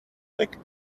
flick